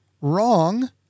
wrong